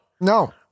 No